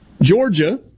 Georgia